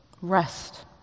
Rest